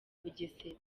bugesera